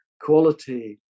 quality